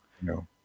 No